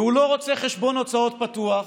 והוא לא רוצה חשבון הוצאות פתוח,